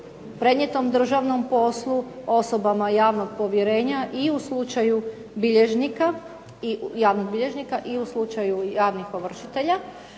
prenijetom državnom poslu, osobama javnog povjerenja i u slučaju javnog bilježnika i u slučaju javnih ovršitelja